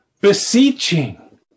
beseeching